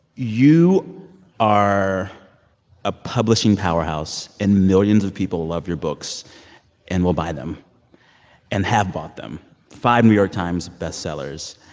you are a publishing powerhouse, and millions of people love your books and will buy them and have bought them five new york times bestsellers.